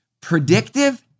predictive